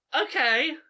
Okay